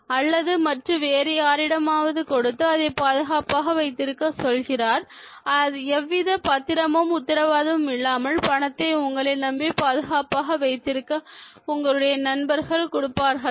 அல்லது மற்ற வேறு யாரிடமாவது கொடுத்து அதை பாதுகாப்பாக வைத்திருக்க சொல்கிறார் எந்தவிதப் பத்திரமும் உத்தரவாதம் இல்லாமல் பணத்தை உங்களை நம்பி பாதுகாப்பாக வைத்திருக்க உங்களுடைய நண்பர்கள் கொடுப்பார்களா